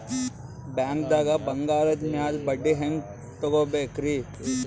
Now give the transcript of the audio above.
ಬ್ಯಾಂಕ್ದಾಗ ಬಂಗಾರದ್ ಮ್ಯಾಲ್ ಬಡ್ಡಿ ಹೆಂಗ್ ತಗೋಬೇಕ್ರಿ?